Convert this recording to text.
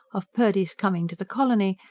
of purdy's coming to the colony,